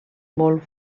molt